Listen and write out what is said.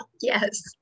Yes